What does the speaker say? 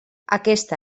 aquesta